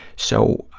so,